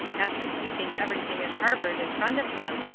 after sweeping everything at harvard in front of him,